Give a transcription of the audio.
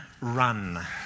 run